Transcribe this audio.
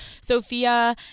Sophia